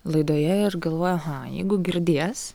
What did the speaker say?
laidoje ir galvoju aha jeigu girdės